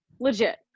Legit